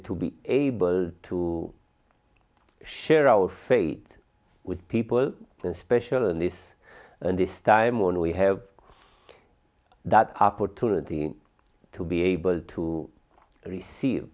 to be able to share our fate with people and special and this and this time when we have that opportunity to be able to receive